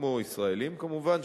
כמו ישראלים כמובן,